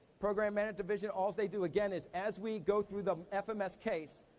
program manage division, alls they do again is as we go through the fms case,